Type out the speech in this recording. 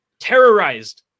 Terrorized